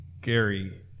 Gary